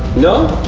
no,